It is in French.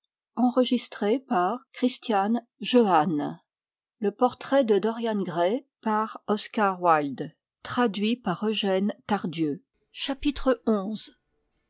le portrait de dorian gray